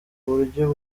uburyo